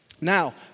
Now